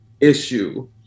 issue